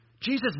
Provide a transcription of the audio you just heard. Jesus